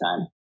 time